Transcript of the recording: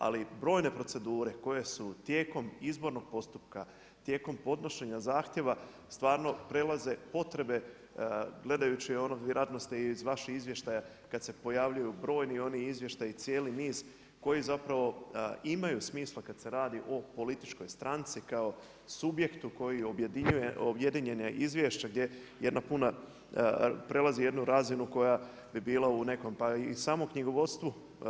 Ali brojne procedure koje su tijekom izbornog postupka, tijekom podnošenja zahtjeva stvarno prelaze potrebe gledajući ono vjerojatno iz vaših izvještaja kad se pojavljuju brojni oni izvještaji, cijeli niz, koji zapravo imaju smisla kad se radi o političkoj stranci kao subjektu koji objedinjuje, objedinjeno izvješće gdje je jedna puna, prelazi jednu razinu koja bi bila u nekom, pa i samom knjigovodstvu.